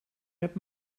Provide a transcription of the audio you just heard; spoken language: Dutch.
heb